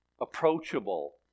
approachable